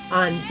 on